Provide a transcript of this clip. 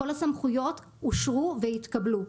כל הסמכויות אושרו והתקבלו,